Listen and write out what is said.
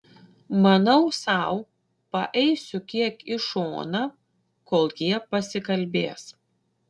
manau sau paeisiu kiek į šoną kol jie pasikalbės